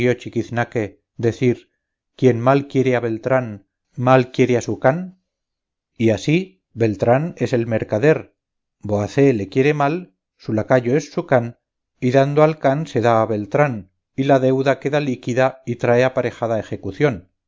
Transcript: decir quien mal quiere a beltrán mal quiere a su can y así beltrán es el mercader voacé le quiere mal su lacayo es su can y dando al can se da a beltrán y la deuda queda líquida y trae aparejada ejecución